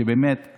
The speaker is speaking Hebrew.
שבאמת יש